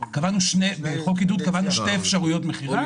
בחוק עידוד קבענו שתי אפשרויות מכירה,